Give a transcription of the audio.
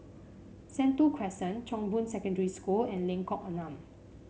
Sentul Crescent Chong Boon Secondary School and Lengkok Enam